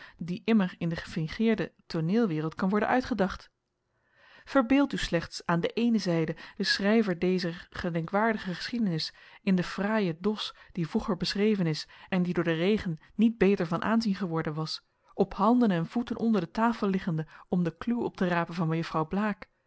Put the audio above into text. die immer in de gefingeerde tooneelwereld kan worden uitgedacht verbeeld u slechts aan de eene zijde den schrijver dezer gedenkwaardige geschiedenis in den fraaien dos die vroeger beschreven is en die door den regen niet beter van aanzien geworden was op handen en voeten onder de tafel liggende om de kluw op te rapen van mejuffrouw blaek